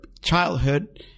childhood